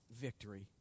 victory